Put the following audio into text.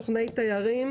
סוכני תיירים.